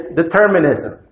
determinism